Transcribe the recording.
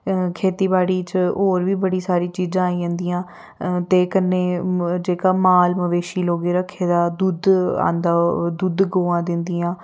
खेतीबाड़ी च होर बी बड़ी सारी चीजां आईं जदियां ते कन्नै जेह्का माल मवेशी लोकें रक्खे दा दुद्ध आंदा दुद्ध गवां दिदियां